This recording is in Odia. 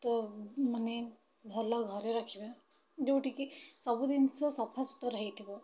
ତ ମାନେ ଭଲ ଘରେ ରଖିବା ଯେଉଁଠିକି ସବୁ ଜିନିଷ ସଫାସୁତୁରା ହେଇଥିବ